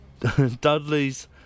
Dudley's